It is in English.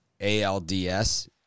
ALDS